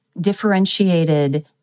differentiated